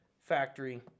factory